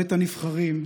בית הנבחרים,